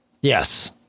yes